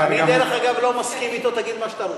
אני, דרך אגב, לא מסכים אתו, תגיד מה שאתה רוצה.